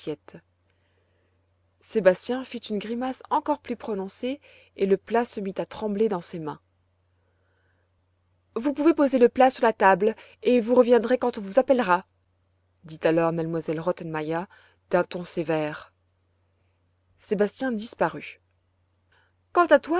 sébastien fit une grimace encore plus prononcée et le plat se mit à trembler dans ses mains vous pouvez poser le plat sur la table et vous reviendrez quand on vous appellera dit alors m elle rottenmeier d'un ton sévère sébastien disparut quant à toi